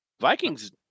Vikings